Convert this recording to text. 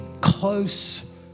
close